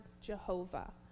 Jehovah